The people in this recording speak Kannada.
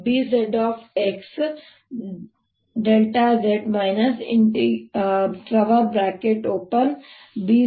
ಆದ್ದರಿಂದ Bzxz BzxBz∂xxz00Ey∂txz